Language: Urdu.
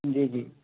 جی جی